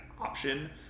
option